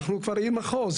אנחנו כבר עיר מחוז,